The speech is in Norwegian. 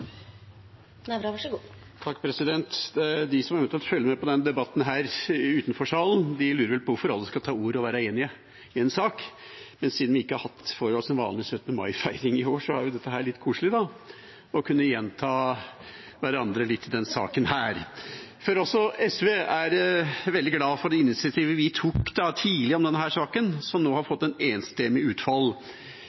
det hele tatt følger med på denne debatten, lurer vel på hvorfor alle skal ta ordet og være enige i en sak. Men siden vi ikke får en vanlig 17. mai-feiring i år, er det jo litt koselig å kunne gjenta hverandre litt i denne saken. Også SV er veldig glad for at denne saken, som vi tidlig tok initiativ til, nå har fått et enstemmig utfall, et definitivt nei til å legge ned underveistjenesten ved Stavanger kontrollsentral, som